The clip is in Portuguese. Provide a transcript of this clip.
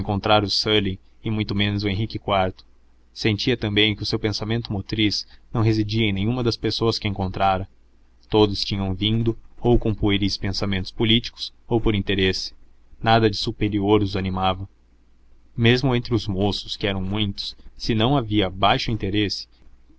e muito menos o henrique iv sentia também que o seu pensamento motriz não residia em nenhuma das pessoas que encontrara todos tinham vindo ou com pueris pensamentos políticos ou por interesse nada de superior os animava mesmo entre os moços que eram muitos se não havia baixo interesse